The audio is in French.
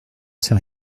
sais